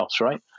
right